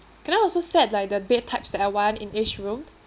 can I also set like the bed types that I want in each room